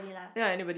ya anybody